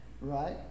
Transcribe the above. right